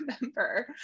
remember